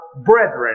brethren